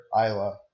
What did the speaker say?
Isla